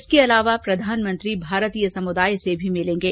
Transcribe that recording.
इसके अलावा प्रधानमंत्री भारतीय समुदायसे भी मिलेंगे